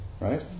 right